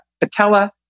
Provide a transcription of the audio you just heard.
patella